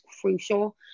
crucial